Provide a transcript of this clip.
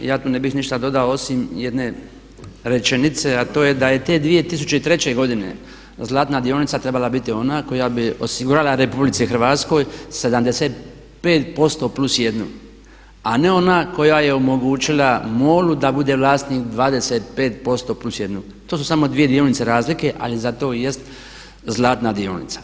I ja tu ne bih ništa dodao osim jedne rečenice a to je da je te 2003. godine zlatna dionica trebala biti ona koja bi osigurala RH 75%+1 a ne ona koja je omogućila MOL-u da bude vlasnik 25%+1. to su samo dvije dionice razlike ali zato i jest zlatna dionica.